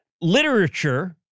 literature